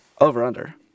Over-under